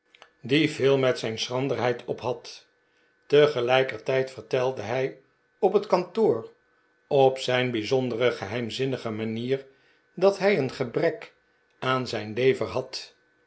die veel met zijn schranderheid ophad tegelijkertijd vertelde hij op het kantoor op zijn bijzondere geheimzinnige manier dat hij een gebrek aan zijn lever had